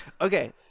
Okay